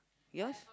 yours